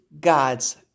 God's